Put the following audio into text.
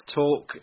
talk